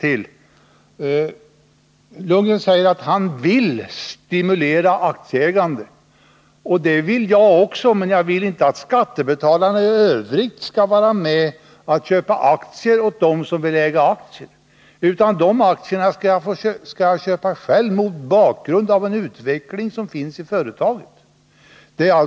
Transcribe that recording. Bo Lundgren säger att han vill stimulera aktieägandet. Det vill också jag, men jag vill inte att skattebetalarna skall vara med om att köpa aktier åt mig, om jag vill äga sådana. De aktierna skall jag betala själv, och jag skall köpa dem mot bakgrund av den utveckling som finns i företaget i fråga.